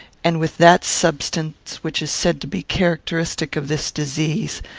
and with that substance which is said to be characteristic of this disease,